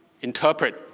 interpret